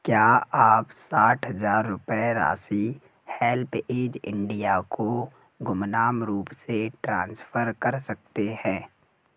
क्या आप साठ हजार रुपये राशि हेल्पऐज इंडिया को गुमनाम रूप से ट्रांसफ़र कर सकते हैं